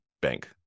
bank